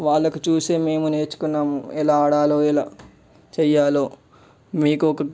వాళ్ళను చూసే మేము నేర్చుకున్నం ఎలా ఆడాలో ఎలా చెయ్యాలో మీకు ఒక